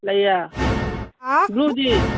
ꯂꯩꯌꯦ ꯕ꯭ꯂꯨꯗꯤ